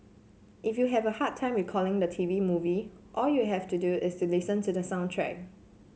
if you have a hard time recalling the T V movie all you have to do is listen to the soundtrack